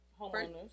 homeowner's